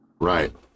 right